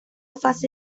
fase